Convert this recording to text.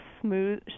smooth